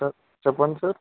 sir చెప్పండి sir